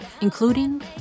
including